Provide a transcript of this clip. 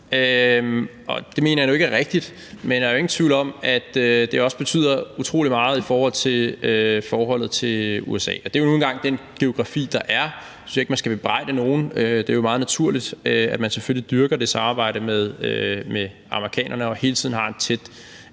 det mener jeg nu ikke er rigtigt. Men der er jo ingen tvivl om, at det også betyder utrolig meget i forhold til forholdet til USA, og det er jo nu engang den geografi, der er, og det synes jeg ikke man skal bebrejde nogen. Det er jo meget naturligt, at man selvfølgelig dyrker det samarbejde med amerikanerne og hele tiden har en tæt